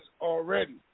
already